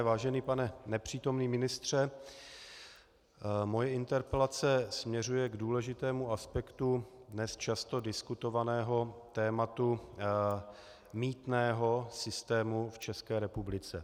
Vážený pane nepřítomný ministře, moje interpelace směřuje k důležitému aspektu dnes často diskutovaného tématu mýtného systému v České republice.